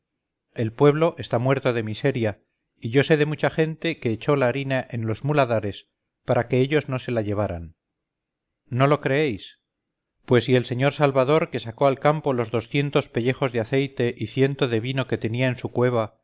el pueblo está muerto de miseria y yo sé de mucha gente que echó la harina en los muladares para que ellos no se la llevaran no lo creéis pues y el sr salvador que sacó al campo los doscientos pellejos de aceite y ciento de vino que tenía en su cueva